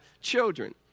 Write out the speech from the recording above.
children